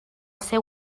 seu